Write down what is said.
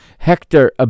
Hector